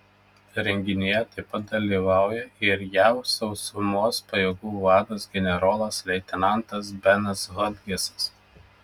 renginyje taip pat dalyvauja ir jav sausumos pajėgų vadas generolas leitenantas benas hodgesas